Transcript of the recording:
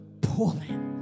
Pulling